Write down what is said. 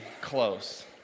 close